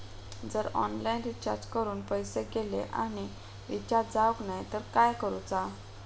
जर online recharge करून पैसे गेले आणि रिचार्ज जावक नाय तर काय करूचा?